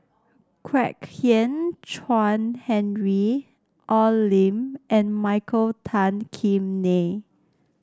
Kwek Hian Chuan Henry Al Lim and Michael Tan Kim Nei